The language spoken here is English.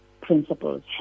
principles